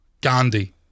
Gandhi